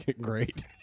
Great